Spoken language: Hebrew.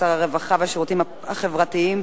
שר הרווחה והשירותים החברתיים,